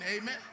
Amen